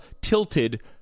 tilted